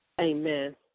Amen